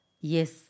Yes